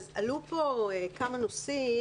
אז עלו פה כמה נושאים.